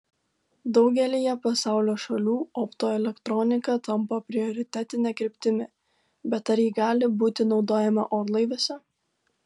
daugelyje pasaulio šalių optoelektronika tampa prioritetine kryptimi bet ar ji gali būti naudojama orlaiviuose